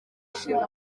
ishinga